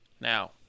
Now